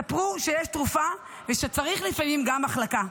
ספרו שיש תרופה ושצריך לפעמים גם מחלקה.